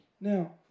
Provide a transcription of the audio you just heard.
Now